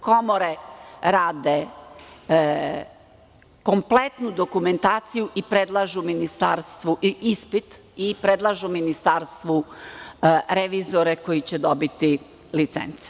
Komore rade kompletnu dokumentaciju i predlažu ministarstvu i ispit i predlažu ministarstvu revizore koji će dobiti licence.